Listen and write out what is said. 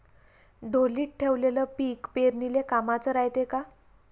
ढोलीत ठेवलेलं पीक पेरनीले कामाचं रायते का?